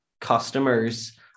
customers